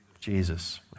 Jesus